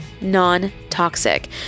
non-toxic